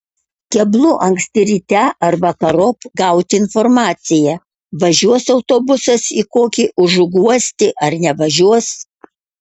keblu anksti ryte ar vakarop gauti informaciją važiuos autobusas į kokį užuguostį ar nevažiuos